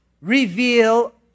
reveal